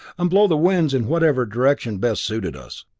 and blow the winds in whatever direction best suited us.